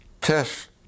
test